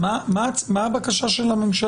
אבל מה הבקשה של הממשלה?